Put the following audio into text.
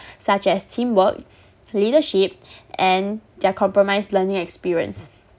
such as team work leadership and their compromise learning experience